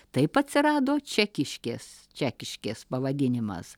taip atsirado čekiškės čekiškės pavadinimas